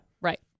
right